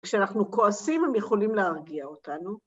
‫כשאנחנו כועסים ‫הם יכולים להרגיע אותנו.